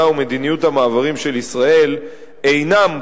ומדיניות המעברים של ישראל אינן,